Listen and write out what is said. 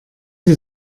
sie